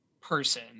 person